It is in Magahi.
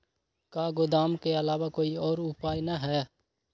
का गोदाम के आलावा कोई और उपाय न ह?